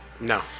No